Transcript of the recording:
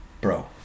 Bro